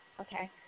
Okay